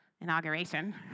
inauguration